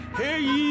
hey